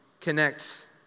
connect